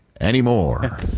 anymore